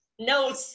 no